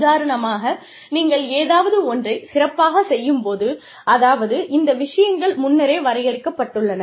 உதாரணமாக நீங்கள் ஏதாவது ஒன்றை சிறப்பாகச்செய்யும் போது அதாவது இந்த விஷயங்கள் முன்னரே வரையறுக்கப்பட்டுள்ளன